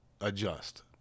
adjust